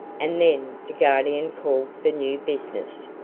and then the guardian called for new business.